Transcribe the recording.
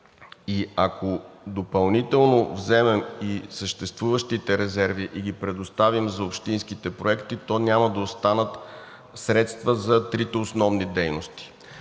Ако допълнително вземем и съществуващите резерви и ги предоставим за общинските проекти, то няма да останат средства за трите основни дейности.